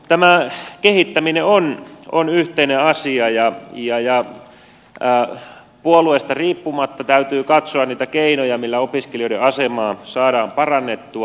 tämä kehittäminen on yhteinen asia ja puolueesta riippumatta täytyy katsoa niitä keinoja joilla opiskelijoiden asemaa saadaan parannettua